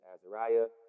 Azariah